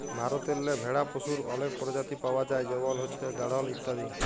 ভারতেল্লে ভেড়া পশুর অলেক পরজাতি পাউয়া যায় যেমল হছে গাঢ়ল ইত্যাদি